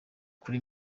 kuri